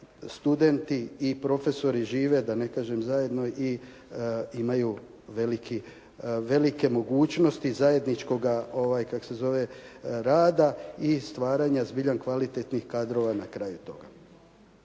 studenti i profesori žive, da ne kažem zajedno i imaju velike mogućnosti zajedničkoga rada i stvaranja zbilja kvalitetnih kadrova na kraju toga.